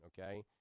Okay